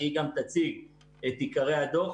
היא גם תציג את עיקרי הדוח,